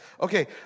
Okay